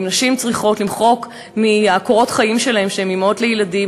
אם נשים צריכות למחוק מקורות החיים שלהן שהן אימהות לילדים,